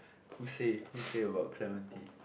who say who say about clementi